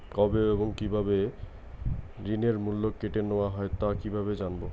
কবে এবং কিভাবে ঋণের মূল্য কেটে নেওয়া হয় তা কিভাবে জানবো?